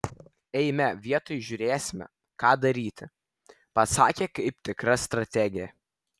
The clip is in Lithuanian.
eime vietoj žiūrėsime ką daryti pasakė kaip tikra strategė